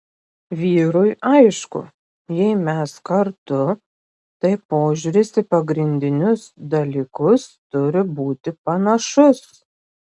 vyrui aišku jei mes kartu tai požiūris į pagrindinius dalykas turi būti panašus